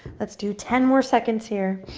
let's do ten more seconds here.